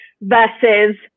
versus